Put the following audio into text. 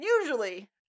usually